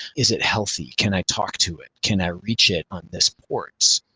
is it healthy? can i talk to it? can i reach it on this port?